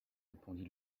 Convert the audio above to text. répondit